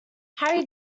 harry